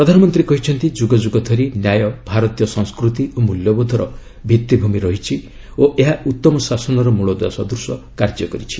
ପ୍ରଧାନମନ୍ତ୍ରୀ କହିଛନ୍ତି ଯୁଗ ଯୁଗ ଧରି ନ୍ୟାୟ ଭାରତୀୟ ସଂସ୍କୃତି ଓ ମୂଲ୍ୟବୋଧର ଭିଭିଭୂମି ରହିଛି ଓ ଏହା ଉତ୍ତମ ଶାସନର ମୂଳଦୁଆ ସଦୃଶ କାର୍ଯ୍ୟ କରିଛି